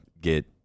get